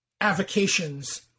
avocations